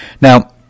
Now